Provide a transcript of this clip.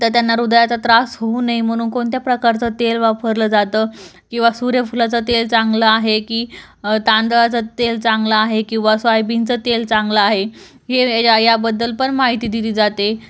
तर त्यांना हृदयाचा त्रास होऊ नये म्हणू कोणत्या प्रकारचं तेल वापरलं जातं किंवा सूर्यफुलाचं तेल चांगलं आहे की तांदळाचं तेल चांगलं आहे किंवा सोयाबीनचं तेल चांगलं आहे हे या याबद्दल पण माहिती दिली जाते